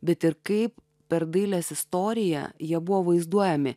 bet ir kaip per dailės istoriją jie buvo vaizduojami